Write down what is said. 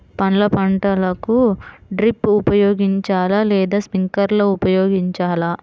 పండ్ల పంటలకు డ్రిప్ ఉపయోగించాలా లేదా స్ప్రింక్లర్ ఉపయోగించాలా?